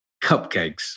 cupcakes